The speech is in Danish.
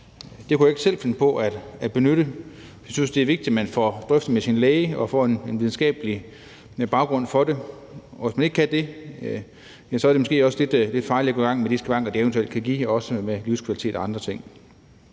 Det kunne jeg ikke selv finde på at benytte. Jeg synes, det er vigtigt, at man får drøftet det med sin læge og får den videnskabelige baggrund for det, og hvis man ikke kan det, er det måske også lidt farligt at gå i gang med på grund af de skavanker, det eventuelt kan give, også for livskvalitet og andre ting.